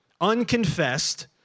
unconfessed